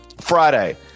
Friday